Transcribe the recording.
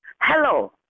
Hello